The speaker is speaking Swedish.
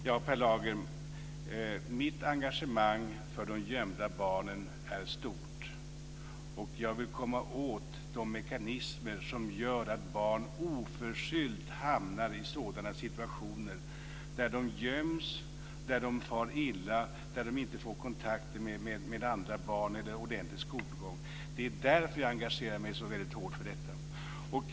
Fru talman! Mitt engagemang för de gömda barnen är stort, Per Lager. Jag vill komma åt de mekanismer som gör att barn oförskyllt hamnar i sådana situationer där de göms, där de far illa, där de inte får kontakt med andra barn eller ordentlig skolgång. Det är därför jag engagerar mig så väldigt hårt för detta.